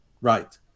Right